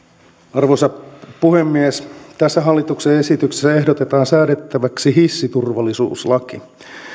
arvoisa puhemies tässä hallituksen esityksessä ehdotetaan säädettäväksi hissiturvallisuuslaki